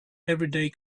everyday